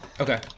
Okay